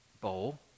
bowl